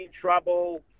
trouble